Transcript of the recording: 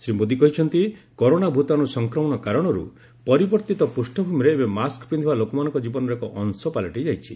ଶ୍ରୀ ମୋଦି କହିଛନ୍ତି କରୋନା ଭୂତାଣୁ ସଂକ୍ରମଣ କାରଣରୁ ପରିବର୍ତ୍ତିତ ପୂଷ୍ପଭୂମିରେ ଏବେ ମାସ୍କ ପିନ୍ଧିବା ଲୋକମାନଙ୍କ ଜୀବନର ଏକ ଅଂଶ ପାଲଟି ଯାଇଛି